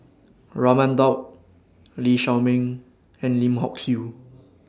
Raman Daud Lee Shao Meng and Lim Hock Siew